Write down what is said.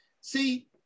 See